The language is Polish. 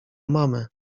mamę